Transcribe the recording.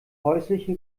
häusliche